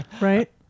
Right